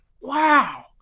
Wow